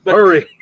Hurry